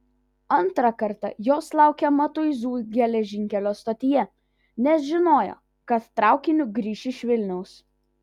antrą kartą jos laukė matuizų geležinkelio stotyje nes žinojo kad traukiniu grįš iš vilniaus